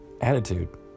Attitude